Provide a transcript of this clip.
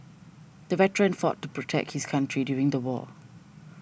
the veteran fought to protect his country during the war